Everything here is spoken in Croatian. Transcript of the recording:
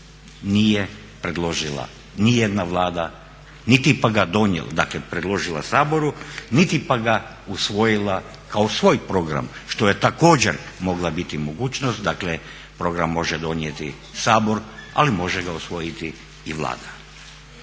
nije predložila nijedna Vlada niti ga donijela, dakle predložila Saboru niti ga usvojila kao svoj program što je također mogla biti mogućnost. Dakle, program može donijeti Sabor ali može ga usvojiti i Vlada.